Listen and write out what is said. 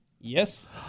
Yes